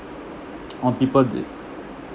on people the